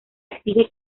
exige